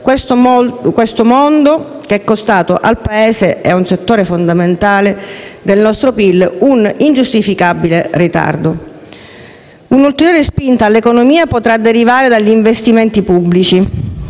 questo molto che è costata al Paese e a un settore fondamentale del nostro Pil un ingiustificabile ritardo. Un'ulteriore spinta all'economia potrà derivare dagli investimenti pubblici.